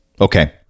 Okay